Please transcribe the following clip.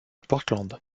portland